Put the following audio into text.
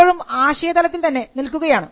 ഇപ്പോഴും ആശയതലത്തിൽ തന്നെ നിൽക്കുകയാണ്